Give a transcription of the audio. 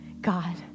God